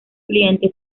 cliente